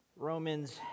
Romans